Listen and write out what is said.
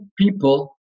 people